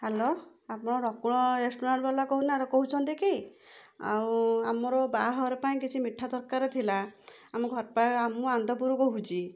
hello ଆପଣ Nakul restaurant ବାଲା କହୁନା କହୁଛନ୍ତି କି ଆଉ ଆମର ବାହାଘର ପାଇଁ କିଛି ମିଠା ଦରକାର ଥିଲା ଆମ ଘର ପାଖେ ମୁଁ ଆନ୍ଦପୁରୁ କହୁଛି